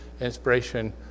inspiration